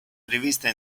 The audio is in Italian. rivista